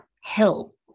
help